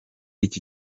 iki